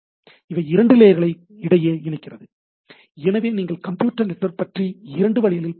இவை இரண்டு லேயர்களுக்கு இடையே இணைகிறது எனவே நீங்கள் கம்ப்யூட்டர் நெட்வொர்க் பற்றி இரண்டு வழிகளில் பார்க்கலாம்